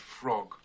frog